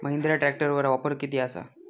महिंद्रा ट्रॅकटरवर ऑफर किती आसा?